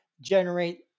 generate